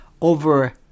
over